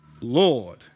Lord